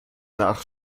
nach